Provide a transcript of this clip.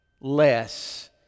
less